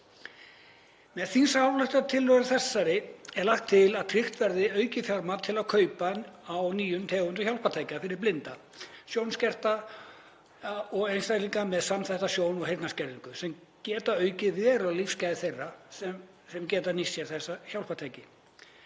Með þingsályktunartillögu þessari er lagt til að tryggt verði aukið fjármagn til kaupa á nýjum tegundum hjálpartækja fyrir blinda, sjónskerta og einstaklinga með samþætta sjón- og heyrnarskerðingu sem geta aukið verulega lífsgæði þeirra sem geta nýtt sér þessi hjálpartæki.